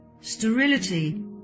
sterility